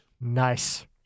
Nice